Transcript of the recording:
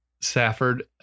Safford